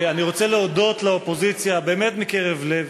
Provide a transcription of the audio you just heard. אני רוצה להודות לאופוזיציה באמת מקרב לב.